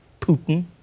Putin